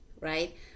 right